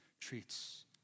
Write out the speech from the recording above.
treats